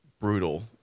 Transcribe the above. brutal